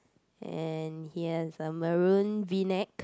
and he has a maroon V neck